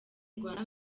rwanda